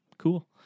Cool